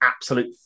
absolute